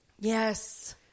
Yes